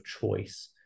choice